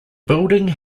building